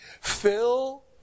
Fill